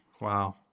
Wow